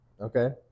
Okay